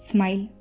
Smile